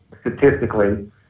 statistically